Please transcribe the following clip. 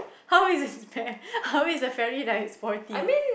how is this fair how is the fairy like it's sporty